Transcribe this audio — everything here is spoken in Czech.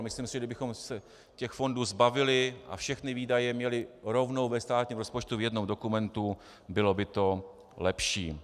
Myslím si, že kdybychom se těch fondů zbavili a všechny výdaje měli rovnou ve státním rozpočtu v jednom dokumentu, bylo by to lepší.